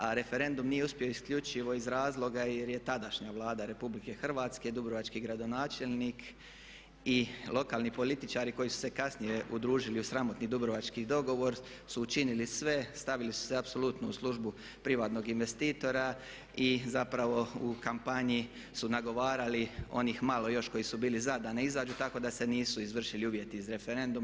A referendum nije uspio isključivo iz razloga jer je tadašnja Vlada Republike Hrvatske i dubrovački gradonačelnik i lokalni političari koji su se kasnije udružili u sramotni dubrovački dogovor su učinili sve, stavili su se apsolutno u službu privatnog investitora i zapravo u kampanji su nagovarali onih malo još koji su bili ZA da ne izađu tako da se nisu izvršili uvjeti iz referenduma.